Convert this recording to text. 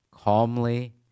calmly